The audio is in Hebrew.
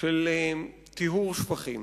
של טיהור שפכים,